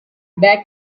back